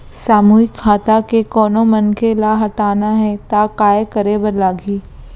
सामूहिक खाता के कोनो मनखे ला हटाना हे ता काय करे बर लागही?